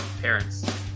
parents